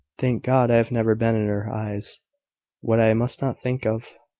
thank god, i have never been in her eyes what i must not think of!